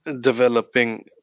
developing